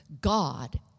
God